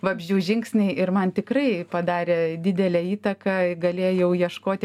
vabzdžių žingsniai ir man tikrai padarė didelę įtaką galėjau ieškoti